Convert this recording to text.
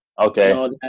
Okay